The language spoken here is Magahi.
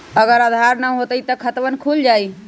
अगर आधार न होई त खातवन खुल जाई?